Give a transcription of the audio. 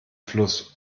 fluss